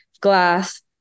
glass